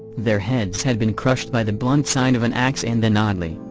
their heads had been crushed by the blunt side of an ax and then oddly,